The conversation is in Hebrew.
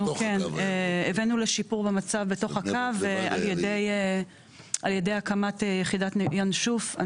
הבאנו לשיפור במצב בתוך הקו על-ידי הקמת יחידת ינשוף.